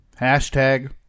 hashtag